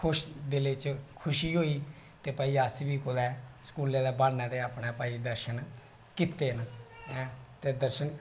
खुश दिली च खुशी होई ते बाई अस बी कुदे स्कूले दे अपने भाई दर्शन कीते न ते दर्शन